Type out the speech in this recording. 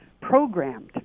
programmed